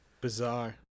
Bizarre